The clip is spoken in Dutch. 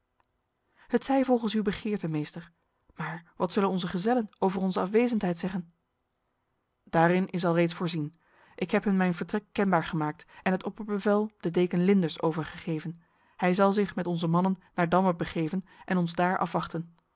het zij volgens uw begeerte meester maar wat zullen onze gezellen over onze afwezendheid zeggen daarin is alreeds voorzien ik heb hun mijn vertrek kenbaar gemaakt en het opperbevel de deken lindens overgegeven hij zal zich met onze mannen naar damme begeven en ons daar afwachten